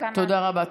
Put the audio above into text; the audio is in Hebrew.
תודה רבה.